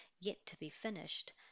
yet-to-be-finished